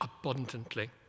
abundantly